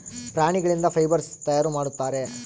ಪ್ರಾಣಿಗಳಿಂದ ಫೈಬರ್ಸ್ ತಯಾರು ಮಾಡುತ್ತಾರೆ